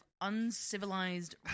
uncivilized